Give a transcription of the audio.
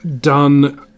done